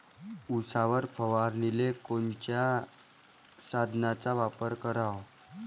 उसावर फवारनीले कोनच्या साधनाचा वापर कराव?